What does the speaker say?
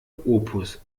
opus